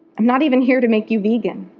i'm not even here to make you vegan.